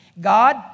God